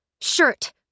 Shirt